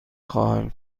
خواهم